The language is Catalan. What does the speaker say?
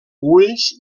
ulls